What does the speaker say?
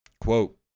Quote